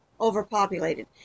overpopulated